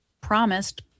promised